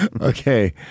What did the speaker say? Okay